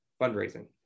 fundraising